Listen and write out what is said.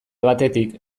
batetik